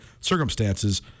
circumstances –